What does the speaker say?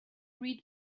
read